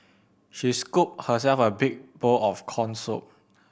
she scooped herself a big bowl of corn soup